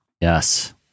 Yes